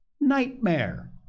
nightmare